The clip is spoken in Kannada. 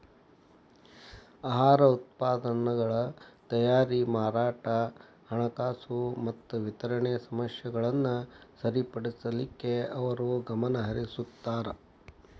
ಆಹಾರ ಉತ್ಪನ್ನಗಳ ತಯಾರಿ ಮಾರಾಟ ಹಣಕಾಸು ಮತ್ತ ವಿತರಣೆ ಸಮಸ್ಯೆಗಳನ್ನ ಸರಿಪಡಿಸಲಿಕ್ಕೆ ಅವರು ಗಮನಹರಿಸುತ್ತಾರ